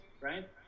right